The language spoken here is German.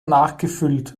nachgefüllt